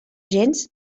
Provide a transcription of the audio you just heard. gens